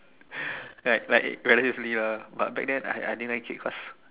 right like relatively lah but back then I I didn't like it because